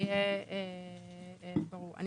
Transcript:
אני